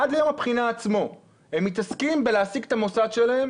עד ליום הבחינה עצמו הם מתעסקים בלהשיג את המוסד שלהם